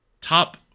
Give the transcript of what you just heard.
top